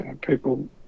People